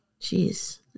Jeez